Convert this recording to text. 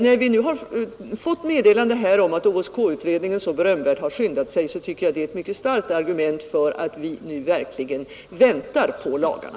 När vi nu har fått meddelande om att OSK-utredningen så berömvärt har skyndat sig, så tycker jag det är ett mycket starkt argument för att vi verkligen väntar på lagarna.